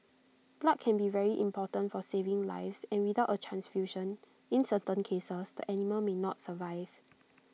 blood can be very important for saving lives and without A transfusion in certain cases the animal may not survive